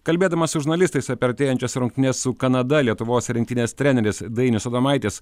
kalbėdamas su žurnalistais apie artėjančias rungtynes su kanada lietuvos rinktinės treneris dainius adomaitis